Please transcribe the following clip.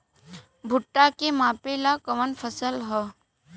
भूट्टा के मापे ला कवन फसल ह?